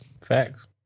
Facts